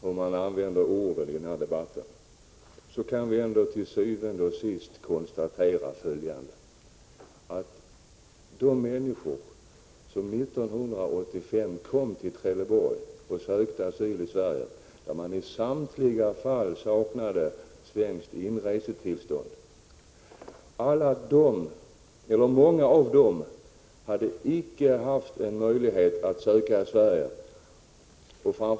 Fru talman! Oavsett hur man använder orden i denna debatt, kan vi til syvende og sidst ändå konstatera att många av de människor som utan svenskt inresetillstånd kom till Trelleborg 1985 och sökte asyl i dag icke hade haft möjlighet att söka sig till Sverige.